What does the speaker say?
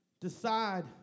decide